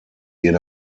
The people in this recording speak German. den